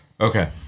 Okay